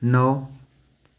नौ